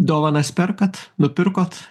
dovanas perkat nupirkot